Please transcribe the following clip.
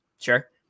Sure